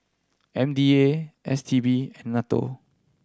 M D A S T B and NATO